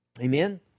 Amen